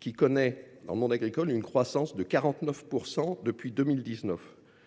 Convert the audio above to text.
qui connaît dans le monde agricole une croissance de 49 % depuis 2019.